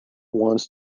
wants